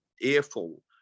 earful